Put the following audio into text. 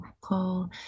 call